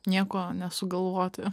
nieko nesugalvoti